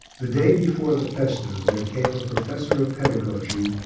the day before the festa there came a professor of pedagogy,